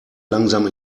langsam